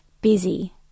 busy